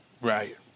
Right